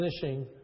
finishing